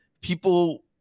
people